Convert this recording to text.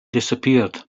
disappeared